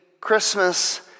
Christmas